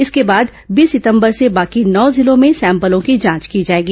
इसके बाद बीस सितंबर से बाकी नौ जिलों में सैंपलों की जांच की जाएगी